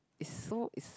is so is